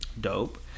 Dope